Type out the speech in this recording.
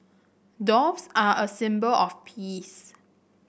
doves are a symbol of peace